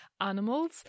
animals